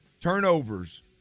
Turnovers